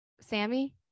Sammy